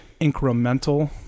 incremental